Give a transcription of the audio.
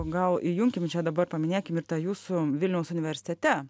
gal įjunkim čia dabar paminėkim ir tą jūsų vilniaus universitete